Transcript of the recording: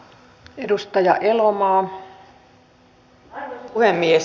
arvoisa puhemies